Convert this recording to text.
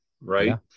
right